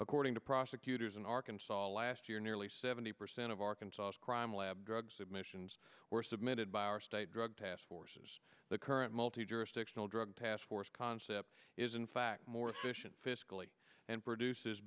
according to prosecutors in arkansas last year nearly seventy percent of arkansas crime lab drugs admissions were submitted by our state drug task forces the current multi jurisdictional drug task force concept is in fact more efficient fiscally and produce